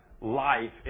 life